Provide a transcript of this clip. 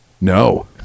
No